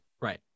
Right